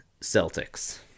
Celtics